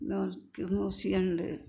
museum ഉണ്ട്